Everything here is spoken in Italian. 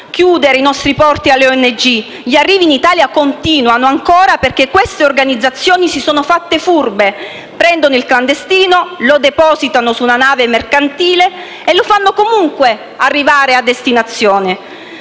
chiudere i nostri porti alle ONG. Gli arrivi in Italia continuano ancora perché queste organizzazioni si sono fatte furbe: prendono il clandestino, lo depositano su una nave mercantile e lo fanno comunque arrivare a destinazione.